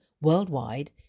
worldwide